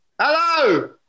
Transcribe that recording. Hello